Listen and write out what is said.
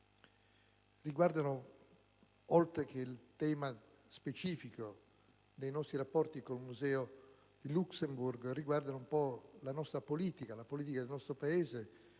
riguardano, oltre che il tema specifico dei nostri rapporti con il Musée du Luxembourg, la politica del nostro Paese